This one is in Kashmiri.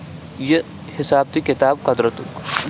یہِ حِساب تہٕ کِتاب قۄدرَتُک